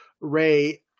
ray